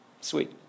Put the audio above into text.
Sweet